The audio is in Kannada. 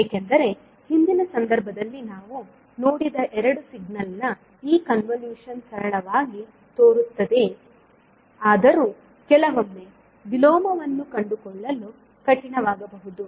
ಏಕೆಂದರೆ ಹಿಂದಿನ ಸಂದರ್ಭಗಳಲ್ಲಿ ನಾವು ನೋಡಿದ ಎರಡು ಸಿಗ್ನಲ್ ನ ಈ ಕನ್ವಲೂಶನ್ ಸರಳವಾಗಿ ತೋರುತ್ತದೆಯಾದರೂ ಕೆಲವೊಮ್ಮೆ ವಿಲೋಮವನ್ನು ಕಂಡುಕೊಳ್ಳಲು ಕಠಿಣವಾಗಬಹುದು